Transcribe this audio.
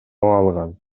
алган